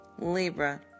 Libra